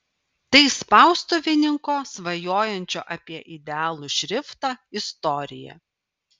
tai spaustuvininko svajojančio apie idealų šriftą istorija